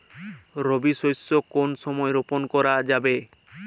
রবি শস্য কোন সময় রোপন করা যাবে?